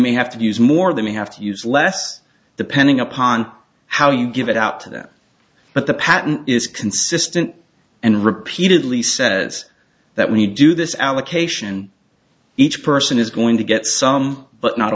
may have to use more they may have to use less depending upon how you give it out to them but the patent is consistent and repeatedly says that when you do this allocation each person is going to get some but not